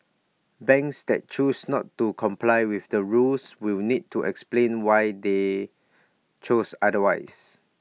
banks that choose not to comply with the rules will need to explain why they chose otherwise